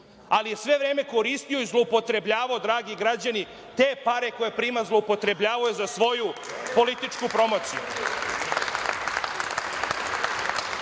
ali je sve vreme koristio i zloupotrebljavao, dragi građani, te pare koje prima zloupotrebljavao je za svoju političku promociju. Na